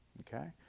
okay